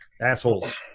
assholes